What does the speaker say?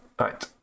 right